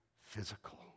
physical